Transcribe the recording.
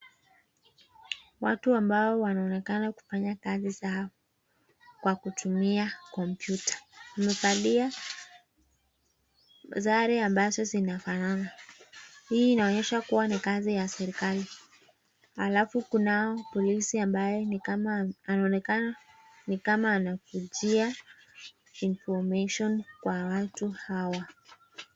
Watu ambao wanaonekana kufanya kazi zao kwa kutumia kompyuta wamevalia sare ambazo zinafanana. Hii inaonyesha kuwa ni kazi ya serekali alafu kunao polisi ambaye ni kama anaonekana ni kama anakujia information kwa watu hawa.